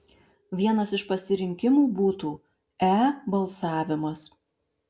vienas iš pasirinkimų būtų e balsavimas